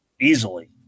easily